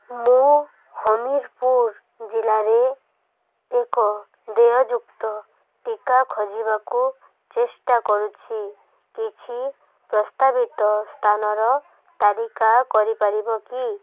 ମୁଁ ହମୀରପୁର ଜିଲ୍ଲାରେ ଏକ ଦେୟଯୁକ୍ତ ଟିକା ଖୋଜିବାକୁ ଚେଷ୍ଟା କରୁଛି କିଛି ପ୍ରସ୍ତାବିତ ସ୍ଥାନର ତାଲିକା କରିପାରିବ କି